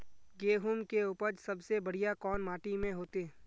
गेहूम के उपज सबसे बढ़िया कौन माटी में होते?